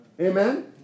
Amen